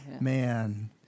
Man